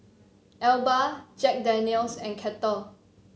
Alba Jack Daniel's and Kettle